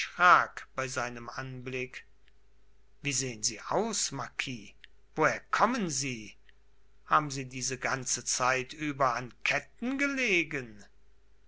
bei seinem anblick wie sehen sie aus marquis woher kommen sie haben sie diese ganze zeit über an ketten gelegen